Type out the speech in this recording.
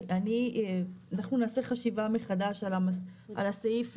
אנחנו נעשה חשיבה מחדש על הסעיף,